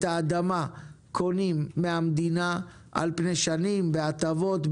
את האדמה קונים מהמדינה על פני שנים בהטבות,